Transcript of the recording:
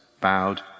bowed